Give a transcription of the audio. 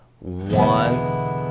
one